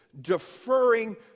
deferring